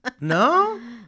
no